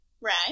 Right